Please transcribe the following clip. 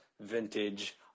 vintage